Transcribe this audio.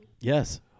Yes